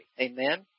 Amen